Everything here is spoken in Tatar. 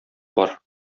бар